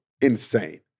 insane